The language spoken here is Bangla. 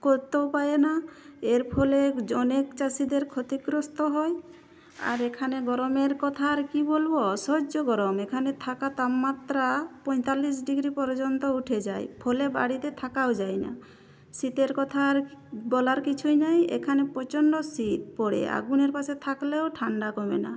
করতেও পায়ে না এর ফলে জনেক চাষিদের ক্ষতিগ্রস্ত হয় আর এখানে গরমের কথা আর কী বলবো অসহ্য গরম এখানে থাকা তাপমাত্রা পঁয়তাল্লিশ ডিগ্রি পর্যন্ত উঠে যায় ফলে বাড়িতে থাকাও যায় না শীতের কথা আর বলার কিছুই নাই এখানে প্রচন্ড শীত পড়ে আগুনের পাশে থাকলেও ঠান্ডা কমে না